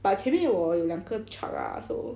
but 前面我有两个 truck ah so